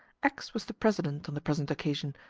x was the president on the present occasion,